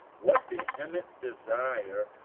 what vehement desire,